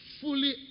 fully